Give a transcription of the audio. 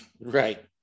Right